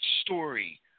story